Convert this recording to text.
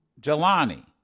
Jelani